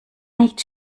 nicht